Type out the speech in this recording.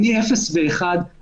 אני אפס ואחד,